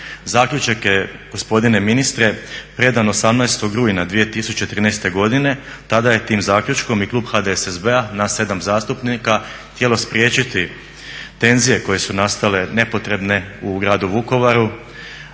Zaključak je gospodine ministre predan 18.rujna 2013.godine, tada je tim zaključkom i klub HDSSB-a na 7 zastupnika htjelo spriječiti tenzije koje su nastale nepotrebne u Gradu Vukovaru,